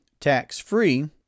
tax-free